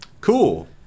cool